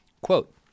Quote